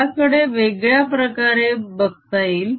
याकडे वेगळ्या प्रकारे बघता येईल